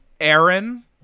Aaron